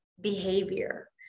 behavior